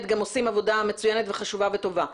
גם עושים עבודה מצוינת וחשובה וטובה.